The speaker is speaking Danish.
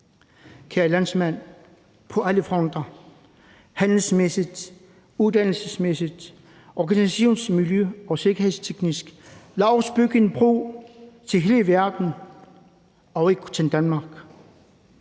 Kære landsmænd, på alle fronter, handelsmæssigt, uddannelsesmæssigt, organisations-, miljø- og sikkerhedsteknisk: Lad os bygge en bro til hele verden og ikke kun til Danmark.